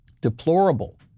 Deplorable